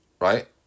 Right